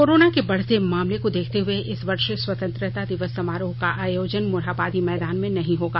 corona के बढ़ते मामले को देखते हुए इस वर्श स्वतंत्रता दिवस समारोह का आयोजन मोरहाबादी मैदान में नहीं होगा